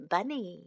Bunny